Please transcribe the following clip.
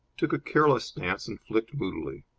took a careless stance, and flicked moodily.